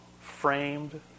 framed